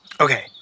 Okay